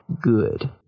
good